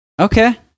okay